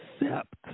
accept